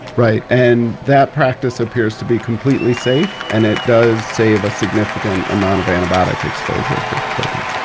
right, and that practice appears to be completely safe and it does save a significant amount of antibiotic exposure for children.